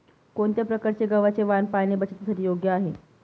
कोणत्या प्रकारचे गव्हाचे वाण पाणी बचतीसाठी योग्य आहे?